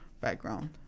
background